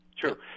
True